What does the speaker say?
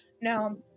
Now